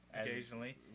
Occasionally